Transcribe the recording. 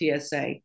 TSA